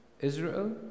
Israel